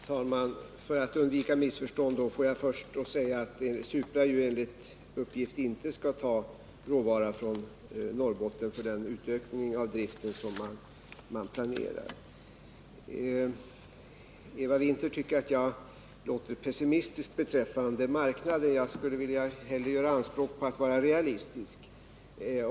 Herr talman! Låt mig, för att undvika missförstånd, först säga att Supra enligt uppgift inte skall ta råvara från Norrbotten för den utökning av driften som man planerar. Eva Winther tycker att jag låter pessimistisk beträffande marknaden. Jag skulle hellre vilja göra anspråk på att vara realistisk.